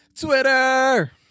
Twitter